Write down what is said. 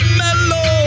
mellow